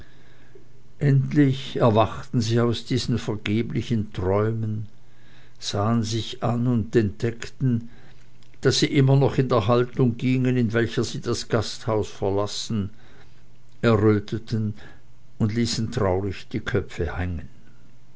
endlich erwachten sie aus diesen vergeblichen träumen sahen sich an und entdeckten daß sie immer noch in der haltung gingen in welcher sie das gasthaus verlassen erröteten und ließen traurig die köpfe hängen